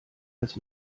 als